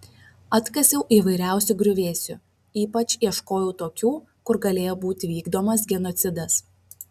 atkasiau įvairiausių griuvėsių ypač ieškojau tokių kur galėjo būti vykdomas genocidas